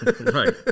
Right